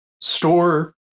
store